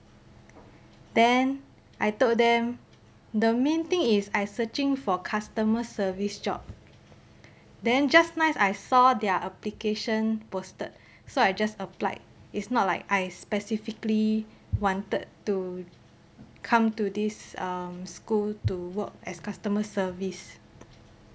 then I told them the main thing is I searching for customer service job then just nice I saw their application posted so I just applied is not like I specifically wanted to come to this um school to work as customer service